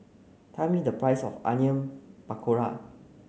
tell me the price of Onion Pakora